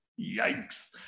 Yikes